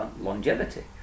longevity